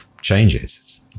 changes